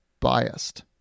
biased